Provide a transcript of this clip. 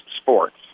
sports